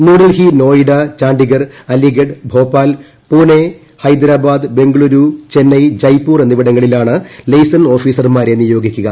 ന്യൂഡൽഹി നോയ്ഡ ചാണ്ടിഗർ അലിഗഡ് ഭോപ്പാൽ പൂനെ ഹൈദരാബാദ് ബെംഗളൂരു ചെന്നൈ ജയ്പൂർ എന്നിവിടങ്ങളിലാണ് ലെയ്സൺ ഓഫീസർമാരെ നിയോഗിക്കുക